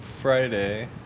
Friday